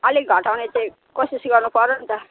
अलिक घटाउने चाहिँ कोसिस गर्नु पर्यो नि त